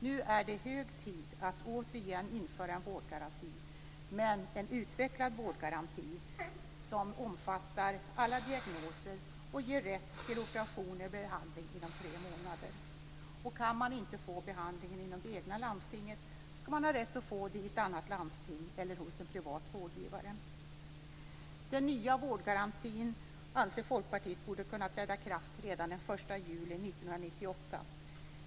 Nu är det hög tid att återigen införa en vårdgaranti, men en utvecklad sådan, som omfattar alla diagnoser och ger rätt till operation eller behandling inom tre månader. Kan man inte få behandlingen inom det egna landstinget skall man ha rätt att få det i ett annat landsting eller hos en privat vårdgivare. Den nya vårdgarantin borde enligt Folkpartiets uppfattning kunna träda i kraft redan den 1 juli 1998.